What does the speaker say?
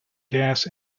gas